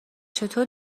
چطور